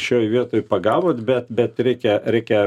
šioj vietoj pagavot bet bet reikia reikia